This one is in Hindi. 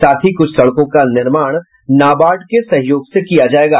साथ ही कुछ सड़कों का निर्माण नाबार्ड के सहयोग से किया जायेगा